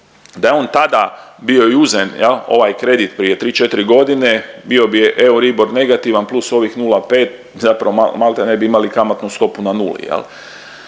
da je on tada bio i … ovaj kredit prije tri, četri godine bio Euribor negativan plus ovih 0,5 zapravo maltene bi imali kamatnu stopu na nuli.